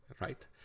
right